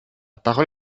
parole